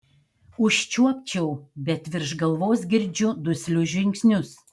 užčiuopčiau bet virš galvos girdžiu duslius žingsnius